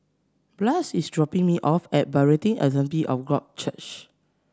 Blas is dropping me off at Berean Assembly of God Church